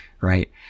Right